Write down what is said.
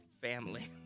family